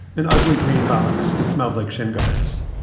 an ugly green box that smelled like shin guards.